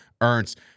Ernst